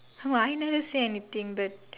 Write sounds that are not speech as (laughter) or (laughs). (laughs) I never say anything but